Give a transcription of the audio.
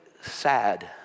sad